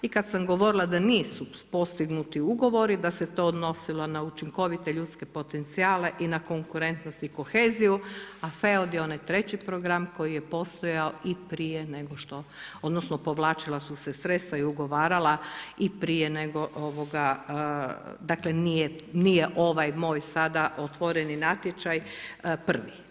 I kad sam govorila da nisu postignuti ugovori da se to odnosilo na učinkovite ljudske potencijale i na konkurentnost i koheziju, a FEOD je onaj treći program koji je postojao i prije nego što, odnosno povlačila su se sredstva i ugovarala i prije nego, dakle nije ovaj moj sada otvoreni natječaj prvi.